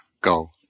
go